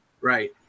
right